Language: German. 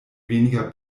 weniger